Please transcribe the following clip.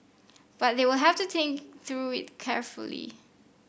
but they will have to think through it carefully